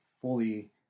fully